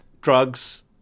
Drugs